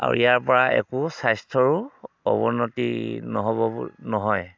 আৰু ইয়াৰ পৰা একো স্বাস্থ্যৰো অৱনতি নহ'ব বুল নহয়